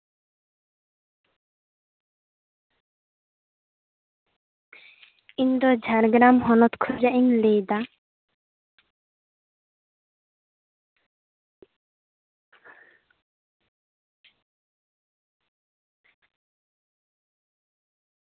ᱤᱧ ᱫᱚ ᱡᱷᱟᱲᱜᱨᱟᱢ ᱦᱚᱱᱚᱛ ᱠᱷᱚᱱᱟᱜ ᱤᱧ ᱞᱟᱹᱭᱫᱟ